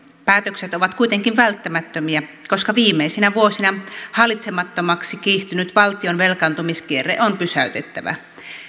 päätökset ovat kuitenkin välttämättömiä koska viimeisinä vuosina hallitsemattomaksi kiihtynyt valtion velkaantumiskierre on pysäytettävä